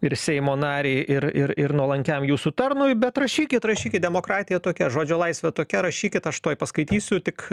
ir seimo narei ir ir ir nuolankiam jūsų tarnui bet rašykit rašykit demokratija tokia žodžio laisvė tokia rašykit aš tuoj paskaitysiu tik